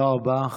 תודה רבה.